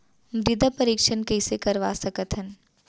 मृदा परीक्षण कइसे करवा सकत हन?